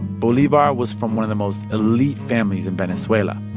bolivar was from one of the most elite families in venezuela.